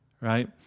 right